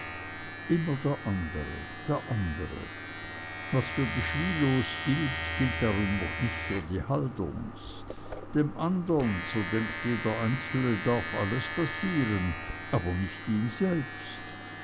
immer der andre der andre was für die schwilows gilt gilt darum noch nicht für die halderns dem andern so denkt jeder einzelne darf alles passieren aber nicht ihm selbst